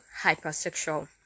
hypersexual